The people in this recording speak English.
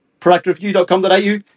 productreview.com.au